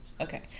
okay